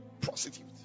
Prostitute